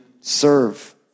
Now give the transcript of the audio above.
serve